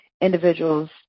individuals